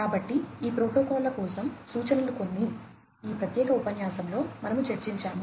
కాబట్టి ఈ ప్రోటోకాల్ల కోసం సూచనలు కొన్ని ఈ ప్రత్యేక ఉపన్యాసంలో మనము చర్చించినాము